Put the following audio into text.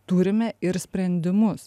turime ir sprendimus